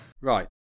Right